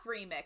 remix